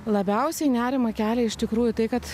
labiausiai nerimą kelia iš tikrųjų tai kad